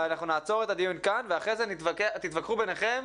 אנחנו נעצור את הדיון כאן ותתווכחו בינכם,